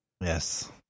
Yes